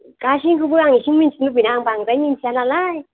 गासैखौबो आं इसे मिनथिनो लुगैदों आं बांद्राय मिनथिया नालाय